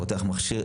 פותח מכשיר.